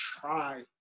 try